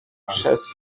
przez